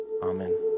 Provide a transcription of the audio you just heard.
Amen